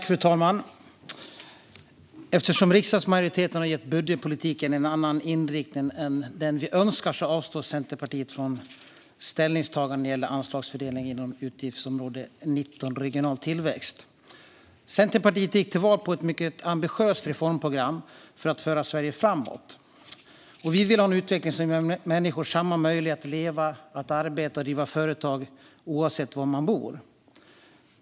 Fru talman! Eftersom riksdagsmajoriteten har gett budgetpolitiken en annan inriktning än den vi önskar avstår Centerpartiet från ställningstagande när det gäller anslagsfördelningen inom utgiftsområde 19 Regional tillväxt. Centerpartiet gick till val på ett mycket ambitiöst reformprogram för att föra Sverige framåt. Vi vill ha en utveckling som ger människor samma möjligheter att leva, arbeta och driva företag, oavsett var man bor.